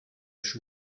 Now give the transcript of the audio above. she